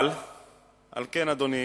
על כן, אדוני,